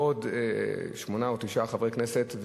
ועוד שמונה או תשעה חברי כנסת,